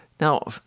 Now